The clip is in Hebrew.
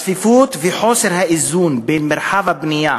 הצפיפות וחוסר האיזון בין מרחב הבנייה